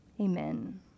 amen